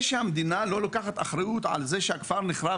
זה שהמדינה לא לוקחת אחריות על זה שהכפר נחרב